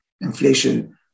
Inflation